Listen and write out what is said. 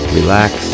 relax